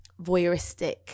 voyeuristic